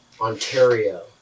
Ontario